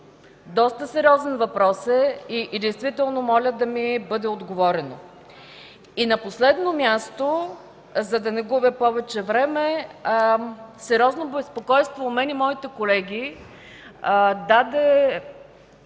Доста сериозен въпрос е и действително моля да ми бъде отговорено. На последно място, за да не губя повече време, сериозно безпокойство у мен и моите колеги даде